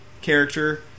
character